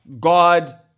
God